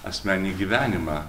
asmeninį gyvenimą